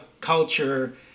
culture